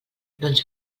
doncs